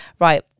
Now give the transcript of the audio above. Right